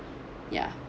ya